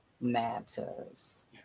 matters